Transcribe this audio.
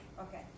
Okay